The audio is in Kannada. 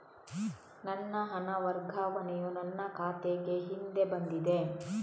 ನನ್ನ ಹಣ ವರ್ಗಾವಣೆಯು ನನ್ನ ಖಾತೆಗೆ ಹಿಂದೆ ಬಂದಿದೆ